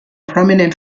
prominent